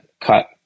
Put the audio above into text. cut